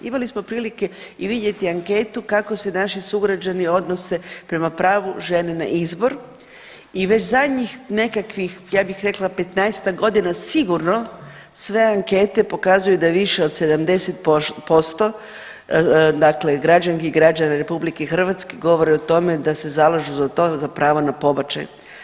Imali smo prilike i vidjeti anketu kako se naši sugrađani odnose prema pravu žene na izbor i već zadnjih nekakvih ja bih rekla petnaestak godina sigurno sve ankete pokazuju da je više od 70% dakle građanki i građana Republike Hrvatske govore o tome da se zalažu za to, za pravo na pobačaj.